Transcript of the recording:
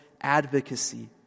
advocacy